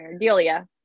Delia